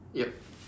yup